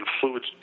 fluids